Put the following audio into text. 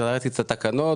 כשקראתי את התקנות.